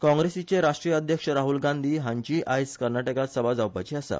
काँग्रेसीचे राष्ट्रीय अध्यक्ष राहल गांधी हांचीय आयज कर्नाटकांत सभा जावपाची आसा